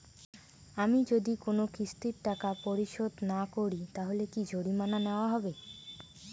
আমি যদি কোন কিস্তির টাকা পরিশোধ না করি তাহলে কি জরিমানা নেওয়া হবে?